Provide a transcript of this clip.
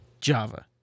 Java